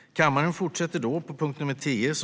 Alkohol-, narkotika-, dopnings och tobaks-frågor